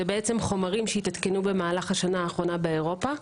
זה חומרים שהתעדכנו במהלך השנה האחרונה באירופה,